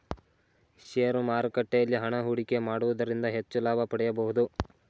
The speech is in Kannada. ಶೇರು ಮಾರುಕಟ್ಟೆಯಲ್ಲಿ ಹಣ ಹೂಡಿಕೆ ಮಾಡುವುದರಿಂದ ಹೆಚ್ಚು ಲಾಭ ಪಡೆಯಬಹುದು